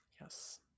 Yes